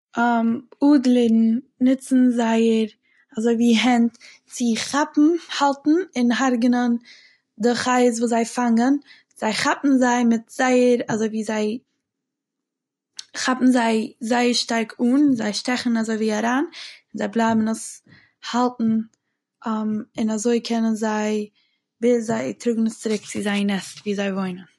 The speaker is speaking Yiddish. אדלערן נוצן זייער אזוי ווי הענט צו כאפן האלטן און הרג'נען די חיות וואס זיי פאנגען, זיי כאפן זיי מיט זייער אזוי ווי זיי, כאפן זיי זייער שטארק אן זיי שטעכן אזוי ווי אריין זיי בלייבן עס האלטן און אזוי קענען זיי... ביז זיי טראגן עס צוריק צו זייער נעסט ווי זיי וואוינען.